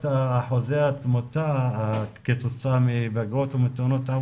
אחוזי התמותה כתוצאה מהיפגעות מתאונות?